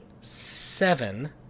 seven